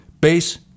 Base